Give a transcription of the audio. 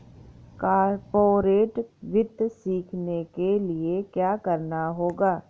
corporate वित्त सीखने के लिया क्या करना होगा